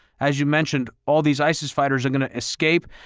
as you mentioned, all these isis fighters are going to escape.